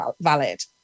valid